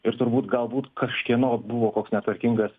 ir turbūt galbūt kažkieno buvo koks netvarkingas